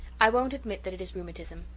i won't admit that it is rheumatism,